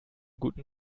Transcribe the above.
guten